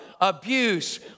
abuse